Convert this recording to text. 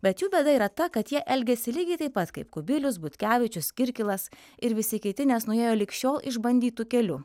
bet jų bėda yra ta kad jie elgiasi lygiai taip pat kaip kubilius butkevičius kirkilas ir visi kiti nes nuėjo lig šiol išbandytu keliu